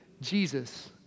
Jesus